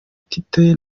tite